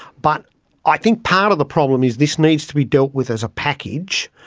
but i think part of the problem is this needs to be dealt with as a package.